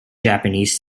japanese